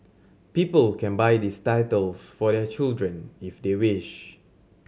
people can buy these titles for their children if they wish